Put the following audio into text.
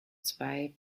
zwei